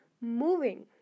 Moving